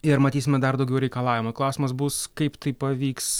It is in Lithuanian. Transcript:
ir matysime dar daugiau reikalavimų klausimas bus kaip tai pavyks